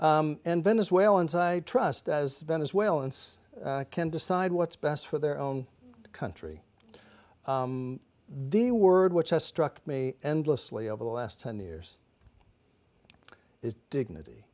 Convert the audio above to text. and venezuelans i trust as venezuelans can decide what's best for their own country the word which has struck me endlessly over the last ten years is dignity